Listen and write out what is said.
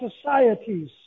societies